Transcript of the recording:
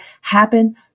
happen